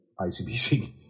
icbc